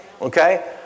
Okay